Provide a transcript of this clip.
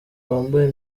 bambaye